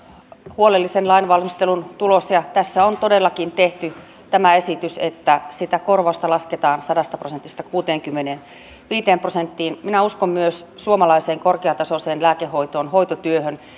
huolellisen lainvalmistelun tulos ja tässä on todellakin tehty tämä esitys että sitä korvausta lasketaan sadasta prosentista kuuteenkymmeneenviiteen prosenttiin minä uskon myös suomalaiseen korkeatasoiseen lääkehoitoon hoitotyöhön